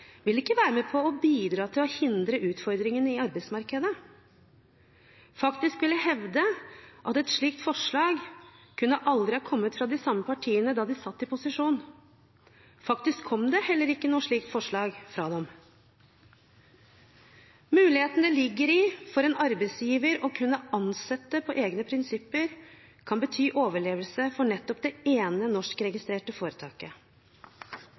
vil ikke være med på å bidra til å hindre utfordringene i arbeidsmarkedet. Faktisk vil jeg hevde at et slikt forslag aldri kunne ha kommet fra de samme partiene da de satt i posisjon. Faktisk kom det heller ikke noe slikt forslag fra dem. Mulighetene for en arbeidsgiver til å kunne ansette på egne prinsipper kan bety overlevelse for nettopp det ene norskregistrerte foretaket.